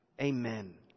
Amen